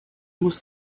muss